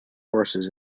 forces